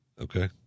okay